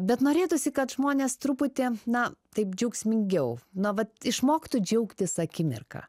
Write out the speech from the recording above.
bet norėtųsi kad žmonės truputį na taip džiaugsmingiau na vat išmoktų džiaugtis akimirka